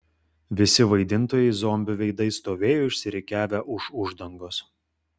visi vaidintojai zombių veidais stovėjo išsirikiavę už uždangos